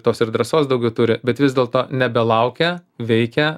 tos ir drąsos daugiau turi bet vis dėlto nebelaukia veikia